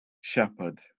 shepherd